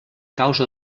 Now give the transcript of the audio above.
causa